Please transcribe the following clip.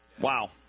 Wow